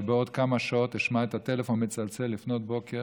שבעוד כמה שעות אשמע את הטלפון מצלצל לפנות בוקר